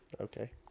Okay